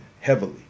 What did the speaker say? heavily